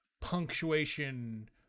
punctuation